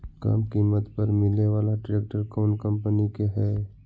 कम किमत पर मिले बाला ट्रैक्टर कौन कंपनी के है?